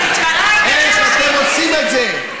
איך אתם עושים את זה?